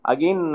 Again